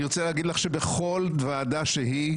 אני רוצה להגיד לך שבכל ועדה שהיא